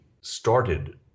started